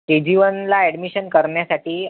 के G वनला admission करण्यासाठी